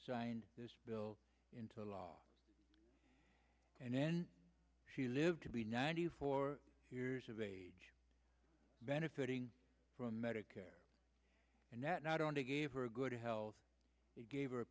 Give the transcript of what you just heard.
signed this bill into law and then she lived to be ninety four years of age benefitting from medicare and that not only gave her good health it gave her a